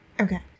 Okay